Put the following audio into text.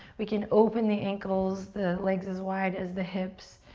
we can open the ankles, the legs as wide as the hips.